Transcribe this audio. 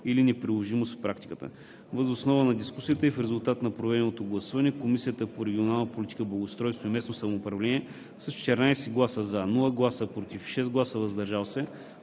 или неприложимост в практиката. Въз основа на дискусията и в резултат на проведеното гласуване, Комисията по регионална политика, благоустройство и местно самоуправление, със 14 гласа „за“, без „против“ и 6 гласа „въздържал се“,